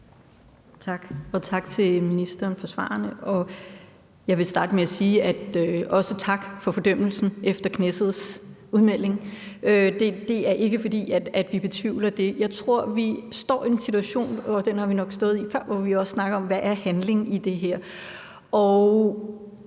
Tak, og tak til ministeren for svarene. Jeg vil starte med også at sige tak for fordømmelsen efter Knessets udmelding. Det er ikke, fordi vi betvivler det. Jeg tror, vi står en situation, og den har vi nok stået i før, hvor vi også har snakket om, hvad handling i det her